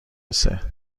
رسد